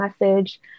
message